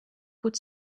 put